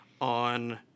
on